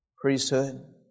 priesthood